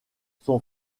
son